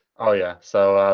oh yeah. so,